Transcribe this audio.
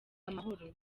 amahoro